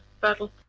Battle